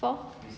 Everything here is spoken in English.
for